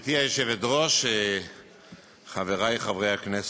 גברתי היושבת-ראש, חברי חברי הכנסת,